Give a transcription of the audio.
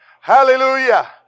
Hallelujah